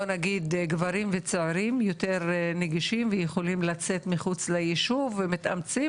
בוא נגיד גברים וצעירים יותר נגישים ויכולים לצאת מחוץ ליישוב ומתאמצים,